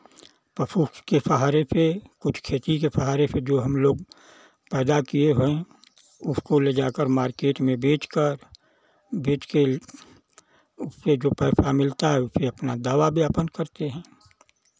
पशु के सहारे पे कुछ खेती के सहारे जो हमलोग पैदा किए हैं उसको ले जाकर मार्केट में बेच कर बेच के उस पे जो पैसा मिलता है उसे अपना दवा भी अपन करते हैं